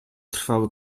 trwały